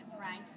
right